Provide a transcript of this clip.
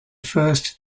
first